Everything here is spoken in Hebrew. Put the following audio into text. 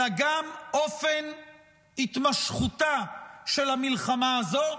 אלא גם אופן התמשכותה של המלחמה הזאת,